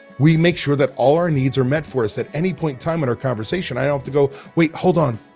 we make sure that all our needs are met for us. at any point time in our conversation i don't have to go, wait, hold on,